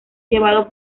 llevado